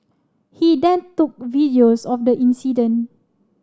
he then took videos of the incident